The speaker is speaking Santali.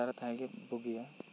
ᱪᱷᱟᱰᱟ ᱨᱮ ᱛᱟᱦᱮᱸ ᱜᱤ ᱵᱩᱜᱤᱭᱟ